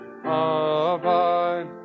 abide